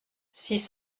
six